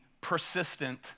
persistent